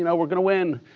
you know we're going to win.